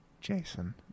Jason